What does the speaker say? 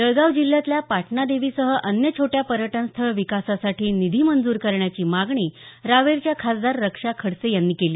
जळगाव जिल्ह्यातल्या पाटणादेवीसह अन्य छोट्या पर्यटन स्थळ विकासासाठी निधी मंजूर करण्याची मागणी रावेरच्या खासदार रक्षा खडसे यांनी केली